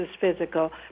physical